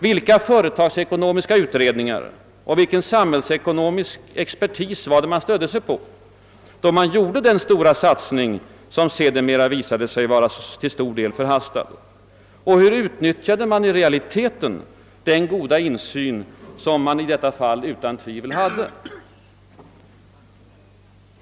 Vilka företagsekonomiska utredningar och vilken samhällsekonomisk expertis stödde man sig på när man gjorde den stora satsning som dess värre visade sig vara till stor del förhastad? Hur utnyttjade man i realiteten den goda insyn som man i detta fall utan tvivel hade?